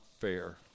fair